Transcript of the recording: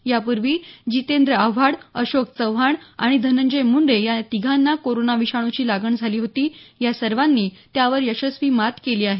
यापूर्वी जीतेंद्र आव्हाड अशोक चव्हाण आणि धनंजय मुंडे या तिघांना कोरोना विषाणूची लागण झाली होती या सर्वांनी त्यावर यशस्वी मात केली आहे